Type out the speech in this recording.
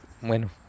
Bueno